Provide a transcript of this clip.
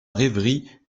rêverie